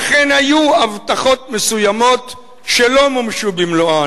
אכן היו הבטחות מסוימות שלא מומשו במלואן,